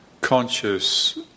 conscious